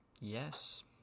Yes